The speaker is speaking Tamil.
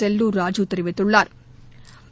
செல்லுர் ராஜூ தெரிவித்துள்ளா்